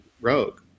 rogue